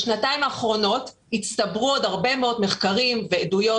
בשנתיים האחרונות הצטברו עוד הרבה מאוד מחקרים ועדויות